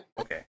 Okay